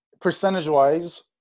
Percentage-wise